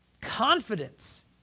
Confidence